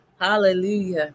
Hallelujah